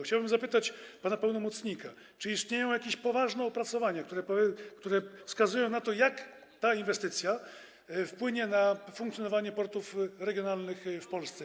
Chciałem zapytać pana pełnomocnika: Czy istnieją jakieś poważne opracowania, które wskazują na to, jak ta inwestycja wpłynie na funkcjonowanie portów regionalnych w Polsce?